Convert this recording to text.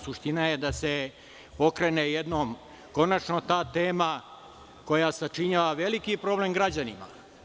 Suština je da se pokrene jednom konačno ta tema koja sačinjava veliki problem građanima.